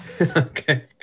Okay